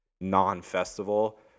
non-festival